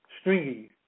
stringy